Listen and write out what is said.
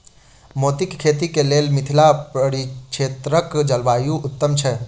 मोतीक खेती केँ लेल मिथिला परिक्षेत्रक जलवायु उत्तम छै?